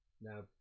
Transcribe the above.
Now